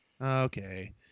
okay